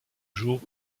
jours